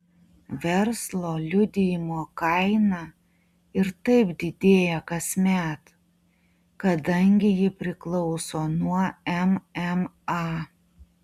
verslo liudijimo kaina ir taip didėja kasmet kadangi ji priklauso nuo mma